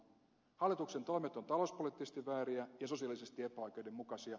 hallituksen toimet ovat talouspoliittisesti vääriä ja sosiaalisesti epäoikeudenmukaisia